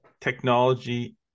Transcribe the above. technology